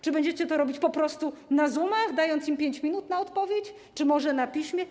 Czy będziecie to robić po prostu na Zoomie, dając im 5 minut na odpowiedź, czy może na piśmie?